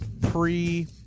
pre